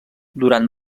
durant